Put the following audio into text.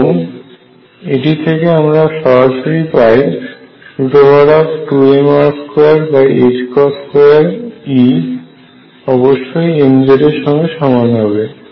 এবং এটি থেকে আমরা সরাসরি পাই √2mR22E অবশ্যই mz এর সঙ্গে সমান হবে